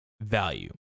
value